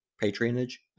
patronage